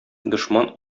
дошман